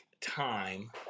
time